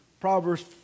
Proverbs